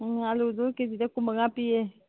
ꯑꯪ ꯑꯥꯜꯂꯨꯗꯨ ꯀꯦ ꯖꯤꯗ ꯀꯨꯟ ꯃꯉꯥ ꯄꯤꯌꯦ